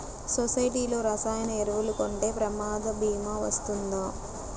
సొసైటీలో రసాయన ఎరువులు కొంటే ప్రమాద భీమా వస్తుందా?